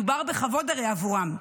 הרי מדובר בכבוד עבורם.